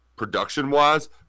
production-wise